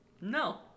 No